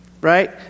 Right